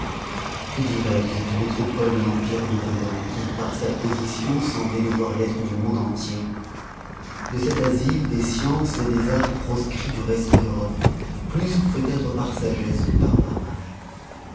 que dirai-je de cette métropole de l'empire d'orient qui par sa position sembloit devoir l'être du monde entier de cet asyle des sciences des arts proscrits du reste de l'europe plus peut-être par sagesse que par barbarie